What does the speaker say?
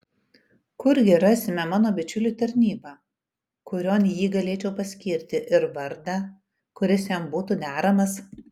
kurgi rasime mano bičiuliui tarnybą kurion jį galėčiau paskirti ir vardą kuris jam būtų deramas